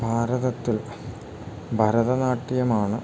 ഭാരതത്തിൽ ഭരതനാട്യമാണ്